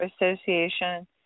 Association